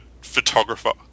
photographer